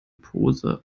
pose